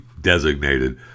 designated